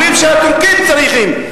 אומרים שהטורקים צריכים.